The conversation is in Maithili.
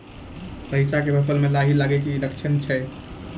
रैचा के फसल मे लाही लगे के की लक्छण छै?